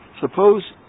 suppose